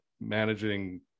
managing